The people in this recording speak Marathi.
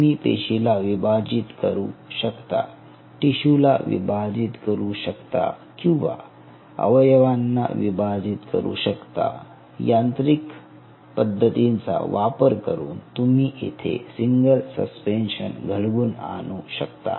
तुम्ही पेशीला विभाजित करू शकता टिशुला विभाजीत करू शकता किंवा अवयवांना विभाजित करू शकता यांत्रिक पद्धतीचा वापर करून तुम्ही इथे सिंगल सस्पेन्शन घडवून आणू शकता